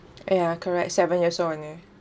ya correct seven years old only